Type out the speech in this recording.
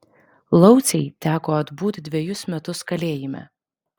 laucei teko atbūt dvejus metus kalėjime